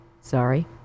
sorry